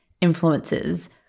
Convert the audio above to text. influences